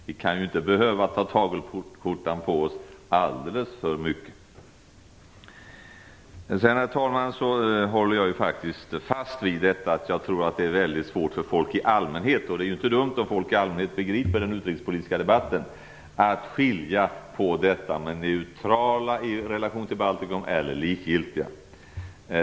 Vi kan inte alldeles för mycket behöva ta tagelskjortan på. Jag håller fast vid att jag tror att det är väldigt svårt för folk i allmänhet - det är inte dumt om folk i allmänhet begriper den utrikespolitiska debatten - att skilja på detta med neutrala relationer till Baltikum och likgiltiga.